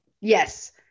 Yes